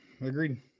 agreed